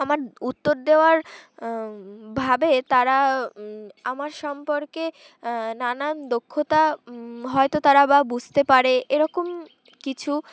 আমার উত্তর দেওয়ার ভাবে তারা আমার সম্পর্কে নানান দক্ষতা হয়তো তারা বা বুঝতে পারে এরকম কিছু